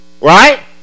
Right